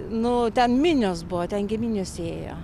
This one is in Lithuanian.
nu ten minios buvo ten giminės ėjo